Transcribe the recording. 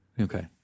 Okay